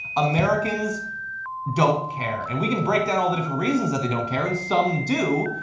americans don't care and we can break down all the different reasons that they don't care. and some do,